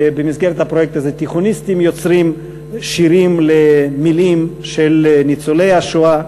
ובמסגרת הפרויקט הזה תיכוניסטים יוצרים שירים למילים של ניצולי השואה.